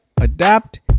adapt